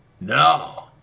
No